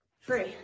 free